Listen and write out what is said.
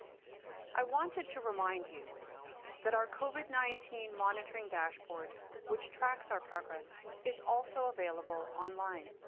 i wanted to remind you that our covid nineteen monitoring dashboard which tracks our progress is also available online.